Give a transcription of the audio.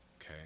okay